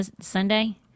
Sunday